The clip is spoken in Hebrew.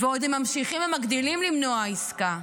ועוד הם ממשיכים, ומגדילים, למנוע עסקה.